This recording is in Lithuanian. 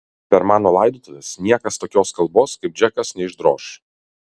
per mano laidotuves niekas tokios kalbos kaip džekas neišdroš